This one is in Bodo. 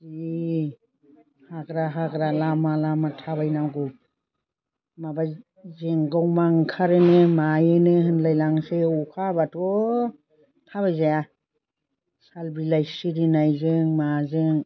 जि हाग्रा हाग्रा लामा लामा थाबाय नांगौ माबा जेंगावमा ओंखारोनो मायोनो होनलाय लांसै अखा हाब्लाथ' थाबाय जाया साल बिलाइ सिरिनायजों माजों